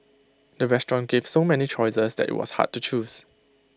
the restaurant gave so many choices that IT was hard to choose